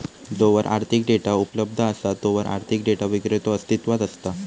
जोवर आर्थिक डेटा उपलब्ध असा तोवर आर्थिक डेटा विक्रेतो अस्तित्वात असता